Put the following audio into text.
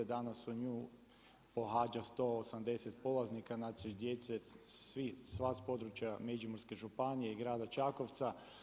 Danas nju pohađa 180 polaznika, znači djece sva s područja Međimurske županije i grada Čakovca.